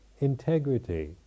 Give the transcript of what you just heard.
integrity